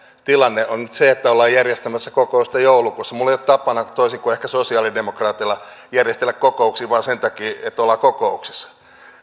tilanne on nyt se että ollaan järjestämässä kokousta joulukuussa minulla ei ole tapana toisin kuin ehkä sosialidemokraateilla järjestellä kokouksia vain sen takia että ollaan kokouksessa